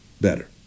better